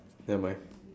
nevermind